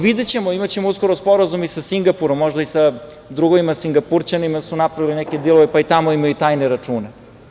Videćemo, imaćemo uskoro sporazum i sa Singapurom, možda i sa drugovima Singapurćanima su napravili neke dilove pa i tamo imaju tajne račune.